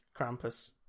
Krampus